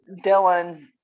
Dylan